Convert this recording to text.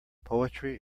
poetry